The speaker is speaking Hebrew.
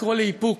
לקרוא לאיפוק.